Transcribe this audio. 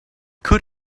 could